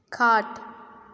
खाट